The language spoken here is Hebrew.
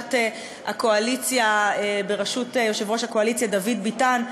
ולבקשת הקואליציה בראשות יושב-ראש הקואליציה דוד ביטן,